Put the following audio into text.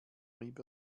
rieb